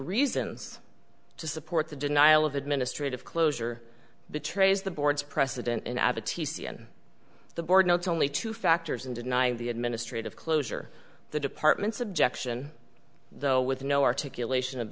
reasons to support the denial of administrative closure betrays the board's precedent in abba t c and the board notes only two factors in denying the administrative closure the department's objection though with no articulation of